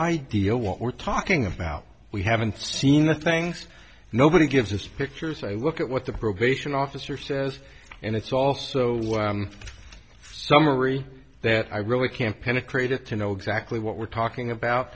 idea what we're talking about we haven't seen the things nobody gives us pictures i look at what the probation officer says and it's also a summary that i really can't penetrate it to know exactly what we're talking about